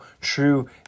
true